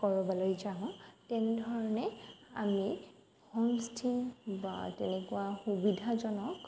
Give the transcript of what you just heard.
কৰ'বলৈ যাওঁ তেনেধৰণে আমি হোমষ্টে বা তেনেকুৱা সুবিধাজনক